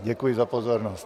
Děkuji za pozornost.